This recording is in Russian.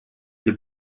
для